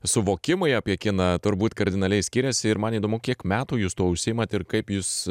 suvokimai apie kiną turbūt kardinaliai skiriasi ir man įdomu kiek metų jūs tuo užsiimat ir kaip jus